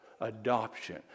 adoption